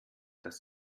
dass